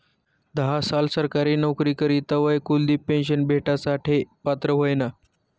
धा साल सरकारी नवकरी करी तवय कुलदिप पेन्शन भेटासाठे पात्र व्हयना